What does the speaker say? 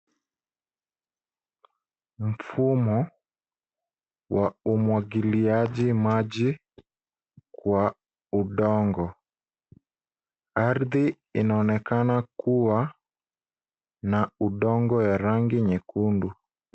Mfumo wa umwagiliaji maji kwa udongo. Ardhi inaonekana kuwa na udongo ya rangi nyekundu.